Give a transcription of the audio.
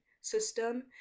system